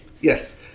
Yes